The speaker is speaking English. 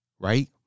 right